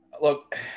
Look